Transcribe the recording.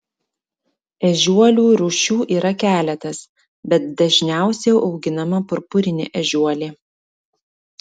ežiuolių rūšių yra keletas bet dažniausiai auginama purpurinė ežiuolė